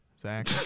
Zach